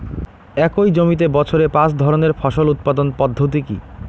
একই জমিতে বছরে পাঁচ ধরনের ফসল উৎপাদন পদ্ধতি কী?